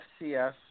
FCS